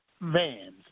vans